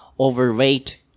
overweight